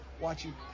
watching